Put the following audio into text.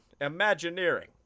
imagineering